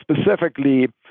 specifically